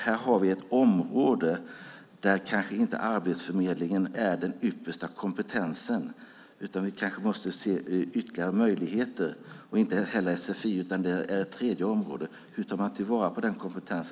Här har vi ett område där Arbetsförmedlingen kanske inte är den yttersta kompetensen. Vi kanske i stället måste se ytterligare möjligheter. Det handlar inte heller om sfi, utan detta är ett tredje område. Hur tar man till vara denna kompetens?